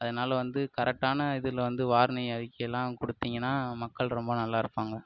அதனால் வந்து கரெக்டான இதில் வந்து வார்னிங் அறிக்கைலாம் கொடுத்தீங்கனா மக்கள் ரொம்ப நல்லா இருப்பாங்க